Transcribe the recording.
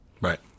right